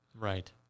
Right